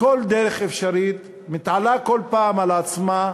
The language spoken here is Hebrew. בכל דרך אפשרית, מתעלה כל פעם על עצמה,